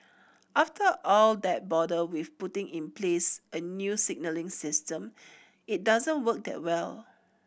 after all that bother with putting in place a new signalling system it doesn't work that well